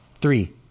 Three